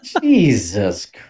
Jesus